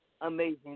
amazing